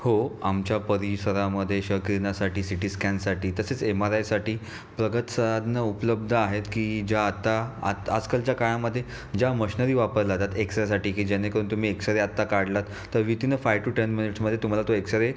हो आमच्या परिसरामध्ये शकण्यासाठी सी टी स्कॅनसाठी तसेच एमआरआयसाठी प्रगत साधनं उपलब्ध आहेत की ज्या आत्ता आत आजकालच्या काळामध्ये ज्या मशनरी वापरल्या जात एक्सरेसाठी की जेणेकरून तुम्ही एक्सरे आत्ता काढलात तर within a five to ten मिनिट्समध्ये तुम्हाला तो एक्सरे